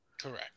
Correct